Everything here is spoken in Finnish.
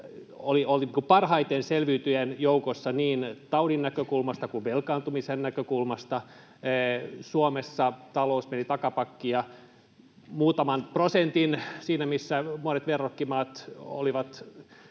oli parhaiten selviytyneiden joukossa niin taudin näkökulmasta kuin velkaantumisen näkökulmasta. Suomessa talous meni takapakkia muutaman prosentin siinä, missä talous kärsi monissa